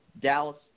Dallas